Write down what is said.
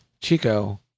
Chico